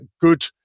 good